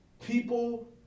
people